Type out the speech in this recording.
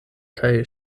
kaj